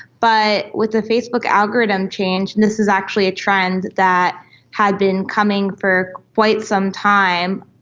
but with the facebook algorithm change, and this is actually a trend that had been coming for quite some time,